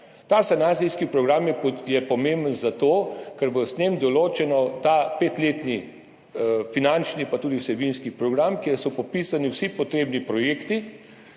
Ta sanacijski program je pomemben zato, ker bo s tem določen petletni finančni pa tudi vsebinski program, kjer so popisani vsi potrebni projekti.